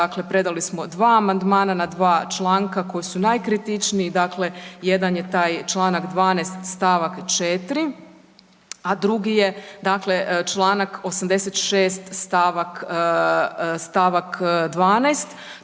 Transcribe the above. dakle predali smo dva amandmana na dva članka koji su najkritičniji, dakle jedan je taj čl. 12. st. 4., a drugi je dakle čl. 86. st. 12.,